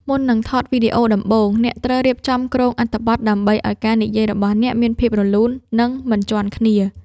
មុននឹងថតវីដេអូដំបូង អ្នកត្រូវរៀបចំគ្រោងអត្ថបទ ដើម្បីឱ្យការនិយាយរបស់អ្នកមានភាពរលូន និងមិនជាន់គ្នា។